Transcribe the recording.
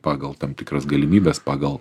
pagal tam tikras galimybes pagal